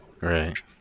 Right